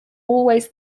always